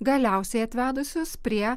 galiausiai atvedusius prie